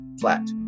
flat